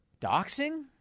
Doxing